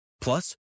Plus